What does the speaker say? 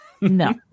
No